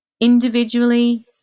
Individually